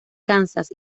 kansas